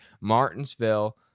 Martinsville